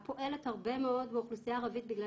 פועלת הרבה מאוד באוכלוסייה הערבית בגלל